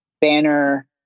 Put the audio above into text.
Banner